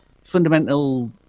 fundamental